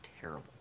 terrible